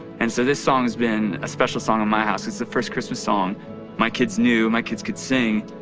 and so this song has been a special song of my house, its the first christmas song my kids knew, my kids could sing.